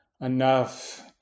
enough